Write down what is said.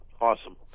Awesome